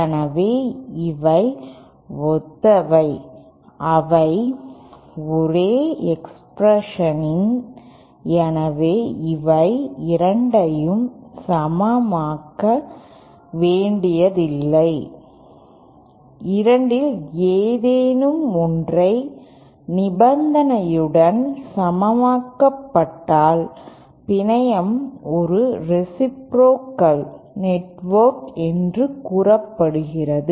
எனவே இவை ஒத்தவை அவை ஒரே எக்ஸ்பிரஷன் எனவே இவை இரண்டையும் சமமாக்க வேண்டியதில்லை இரண்டில் ஏதேனும் ஒன்றை நிபந்தனையுடன் சமமாக்கப்பட்டால் பிணையம் ஒரு ரேசிப்ரோகல் நெட்வொர்க் என்று கூறப்படுகிறது